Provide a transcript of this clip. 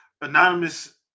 anonymous